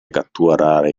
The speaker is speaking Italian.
catturare